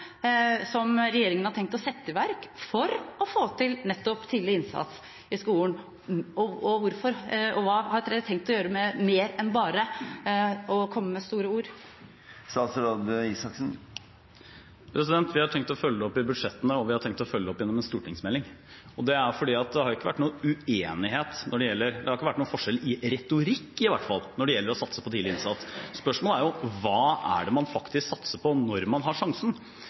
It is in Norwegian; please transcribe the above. som regjeringen har tenkt å sette i verk for å få til nettopp tidlig innsats i skolen? Og hva har dere tenkt å gjøre mer enn bare å komme med store ord? Vi har tenkt å følge opp i budsjettene, og vi har tenkt å følge opp gjennom en stortingsmelding. For det har jo ikke vært noe uenighet, det har ikke vært noen forskjell i retorikk i hvert fall, når det gjelder å satse på tidlig innsats. Spørsmålet er hva man faktisk satser på når man har sjansen.